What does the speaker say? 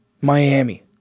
Miami